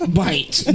bite